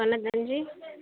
தொண்ணுத்தஞ்சு